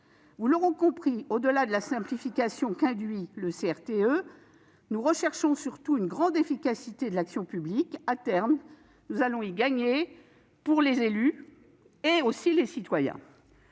Vous l'aurez compris, au-delà de la simplification qu'induit le CRTE, nous recherchons surtout une grande efficacité de l'action publique. À terme, nous allons y gagner, pour les élus comme pour les citoyens.